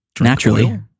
Naturally